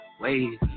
wave